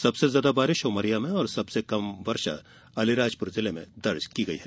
सबसे ज्यादा बारिश उमरिया में और सबसे कम वर्षा अलीराजपुर में दर्ज की गई है